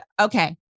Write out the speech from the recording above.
Okay